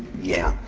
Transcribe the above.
yeah.